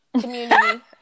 community